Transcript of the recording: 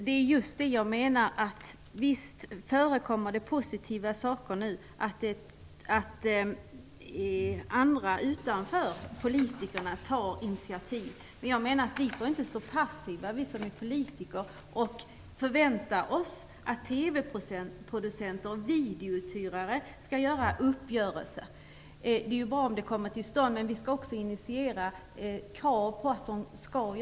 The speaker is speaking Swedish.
Herr talman! Visst förekommer det positiva saker nu. Andra utanför politiken tar initiativ. Men vi som är politiker får inte stå passiva och förvänta oss att TV-producenter och videouthyrare skall göra upp. Det är bra om det kommer till stånd, men vi skall också initiera krav på det.